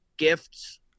gifts